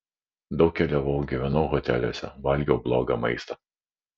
daug keliavau gyvenau hoteliuose valgiau blogą maistą